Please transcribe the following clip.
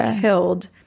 killed